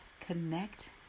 connect